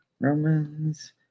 Romans